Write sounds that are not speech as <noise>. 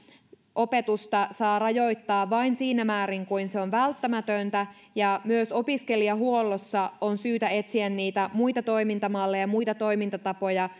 opetusta saa rajoittaa vain siinä määrin kuin se on välttämätöntä ja myös opiskelijahuollossa on syytä etsiä niitä muita toimintamalleja muita toimintatapoja <unintelligible>